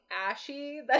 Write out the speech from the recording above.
ashy